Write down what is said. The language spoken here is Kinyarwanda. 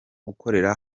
gukorera